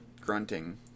Grunting